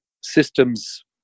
systems